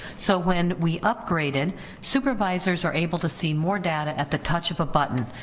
so when we upgraded supervisors are able to see more data at the touch of a button,